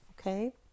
Okay